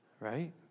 Right